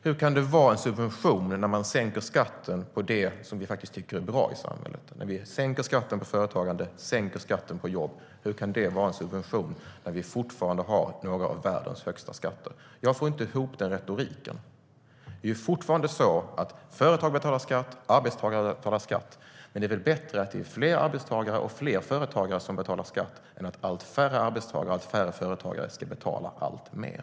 Hur kan det vara en subvention att sänka skatten på det som vi tycker är bra i samhället, på företagande och jobb? Hur kan det vara en subvention när vi fortfarande har några av världens högsta skatter? Jag får inte ihop retoriken. Det är fortfarande så att företagare och arbetstagare betalar skatt. Men det är väl bättre att fler arbetstagare och företagare betalar skatt än att allt färre arbetstagare och företagare ska betala alltmer?